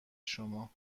شما